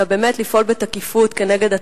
אלא באמת לפעול בתקיפות כנגד הטרור.